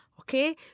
Okay